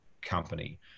company